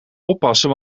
oppassen